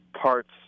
Parts